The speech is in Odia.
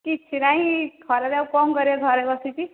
କିଛି ନାଇ ଖରାରେ ଆଉ କ'ଣ କରିବା ଘରେ ବସିଛି